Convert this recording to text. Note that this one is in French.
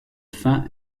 fin